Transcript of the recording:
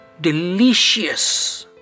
Delicious